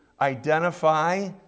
identify